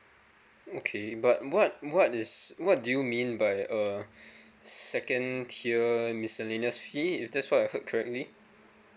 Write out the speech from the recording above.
okay but what what is what do you mean by uh second tier miscellaneous fee if that's why I heard correctly